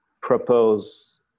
propose